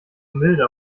milde